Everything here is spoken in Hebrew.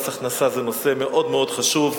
מס הכנסה זה נושא מאוד מאוד חשוב,